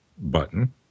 button